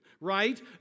Right